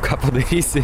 ką padarysi